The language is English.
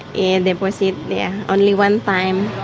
and the proceeds yeah only one time,